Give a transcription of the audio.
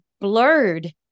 blurred